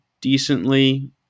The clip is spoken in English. decently